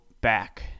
back